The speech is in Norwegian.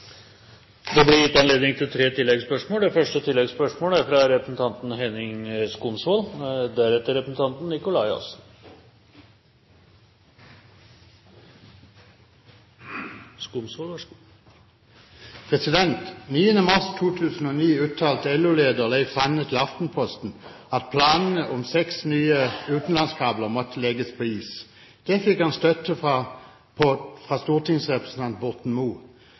Det blir gitt anledning til tre oppfølgingsspørsmål – først representanten Henning Skumsvoll. Den 9. mars 2009 uttalte forbundsleder Leif Sande til Aftenposten at planene om seks nye utenlandskabler måtte legges på is. Det fikk han støtte for fra stortingsrepresentant Borten Moe. På